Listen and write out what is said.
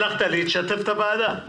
שלחת לי, תשתף את הוועדה.